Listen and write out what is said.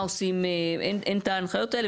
אין את ההנחיות האלה,